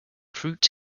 fruit